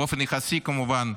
באופן יחסי כמובן,